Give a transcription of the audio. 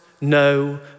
no